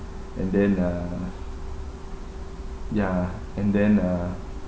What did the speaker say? and then uh ya and then uh